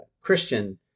Christian